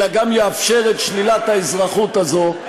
אלא גם יאפשר את שלילת האזרחות הזאת,